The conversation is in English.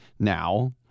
now